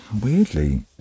weirdly